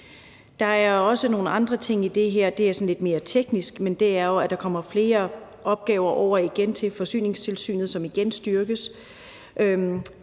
Der er også nogle andre ting i det her, og det er lidt mere teknisk. Der bliver jo igen lagt flere opgaver over til Forsyningstilsynet, som igen styrkes.